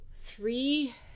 three